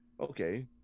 okay